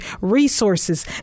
resources